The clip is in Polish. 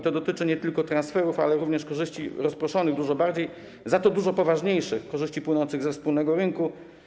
To dotyczy nie tylko transferów, ale również korzyści rozproszonych dużo bardziej, za to dużo poważniejszych - korzyści płynących ze wspólnego rynku.